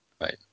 Right